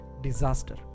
disaster